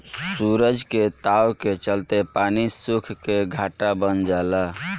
सूरज के ताव के चलते पानी सुख के घाटा बन जाला